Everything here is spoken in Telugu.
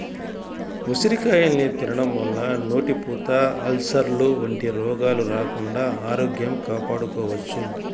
ఉసిరికాయల్ని తినడం వల్ల నోటిపూత, అల్సర్లు వంటి రోగాలు రాకుండా ఆరోగ్యం కాపాడుకోవచ్చు